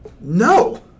No